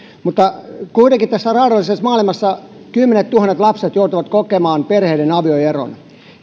mutta kuitenkin tässä raadollisessa maailmassa kymmenettuhannet lapset joutuvat kokemaan perheiden avioeron